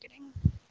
marketing